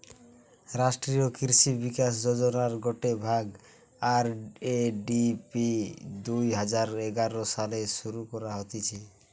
রাষ্ট্রীয় কৃষি বিকাশ যোজনার গটে ভাগ, আর.এ.ডি.পি দুই হাজার এগারো সালে শুরু করা হতিছে